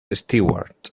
stewart